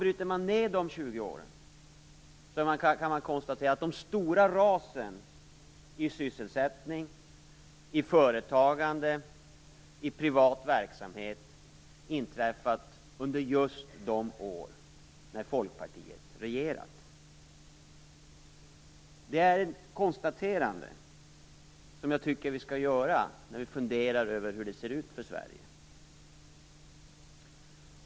Bryter man ned de 20 åren kan man konstatera att de stora rasen i sysselsättning, företagande och privat verksamhet inträffat under just de år då Folkpartiet regerat. Det är ett konstaterande som jag tycker att vi skall göra när vi funderar över hur det ser ut för Sverige.